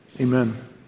Amen